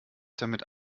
damit